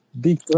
Big